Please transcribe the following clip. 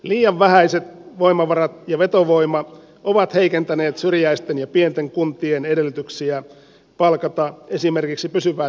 liian vähäiset voimavarat ja vetovoima ovat heikentäneet syrjäisten ja pienten kuntien edellytyksiä palkata esimerkiksi pysyvää terveydenhuollon henkilöstöä